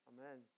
Amen